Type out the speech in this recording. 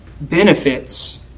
benefits